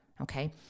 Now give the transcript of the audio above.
okay